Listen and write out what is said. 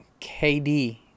KD